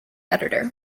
editor